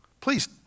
Please